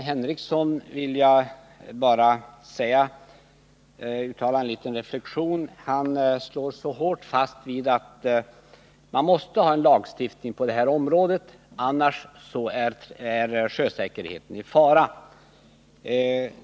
Herr talman! Sven Henricsson står fast vid att man måste ha en lagstiftning på det här området — annars är sjösäkerheten i fara.